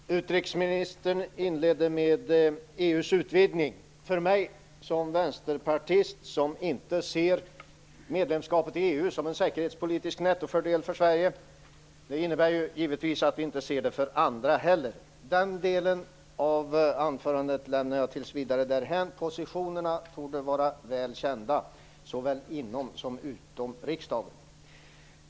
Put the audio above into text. Herr talman! Utrikesministern inledde med att beröra EU:s utvidgning. Jag är vänsterpartist och ser inte medlemskapet i EU som en säkerhetspolitisk nettofördel för Sverige. Det innebär givetvis att jag inte heller för andra ser det så. Den delen av anförandet lämnar jag tills vidare därhän. Positionerna torde vara väl kända såväl inom som utom riksdagen.